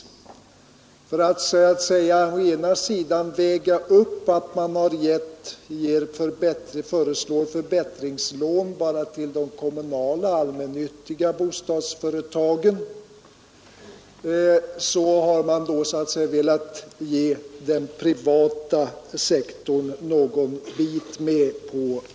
För att väga upp att man föreslår förbättringslån bara till de kommunala, allmännyttiga bostadsföretagen så har man också velat ge den privata sektorn någon bit.